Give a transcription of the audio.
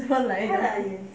super lighted